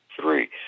three